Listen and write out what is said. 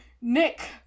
Nick